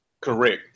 Correct